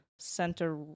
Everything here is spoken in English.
center